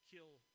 kill